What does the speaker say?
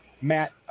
Matt